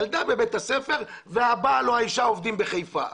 ילדה בבית הספר והבעל או האישה עובדים בחיפה.